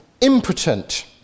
impotent